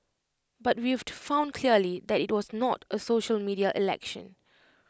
but we've to found clearly that IT was not A social media election